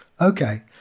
Okay